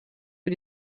für